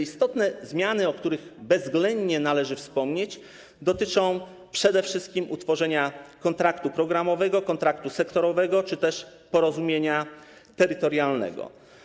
Istotne zmiany, o których bezwzględnie należy wspomnieć, dotyczą przede wszystkim utworzenia kontraktu programowego, kontraktu sektorowego czy też porozumienia terytorialnego.